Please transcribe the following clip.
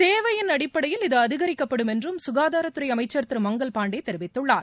தேவையின் அடிப்படையில் இது அதிகரிக்கப்படும் என்றும் கசாதாரத்துறைஅமைச்சர் திரு மங்கல் பாண்டேதெரிவித்துள்ளார்